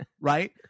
right